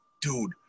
dude